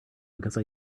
because